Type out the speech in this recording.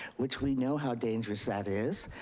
which we know how dangerous ah it is.